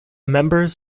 members